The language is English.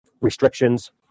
restrictions